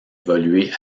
évoluer